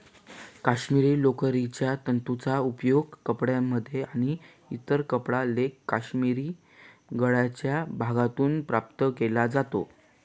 काश्मिरी लोकरीच्या तंतूंचा उपयोग कपड्यांमध्ये आणि इतर कपडा लेख काश्मिरी गळ्याच्या भागातून प्राप्त केला जातो